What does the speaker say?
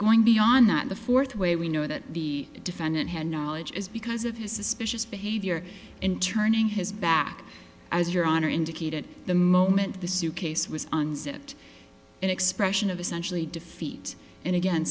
going beyond that the fourth way we know that the defendant had knowledge is because of his suspicious behavior and turning his back as your honor indicated the moment the suitcase was unzipped an expression of essentially defeat and again